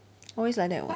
always like that [what]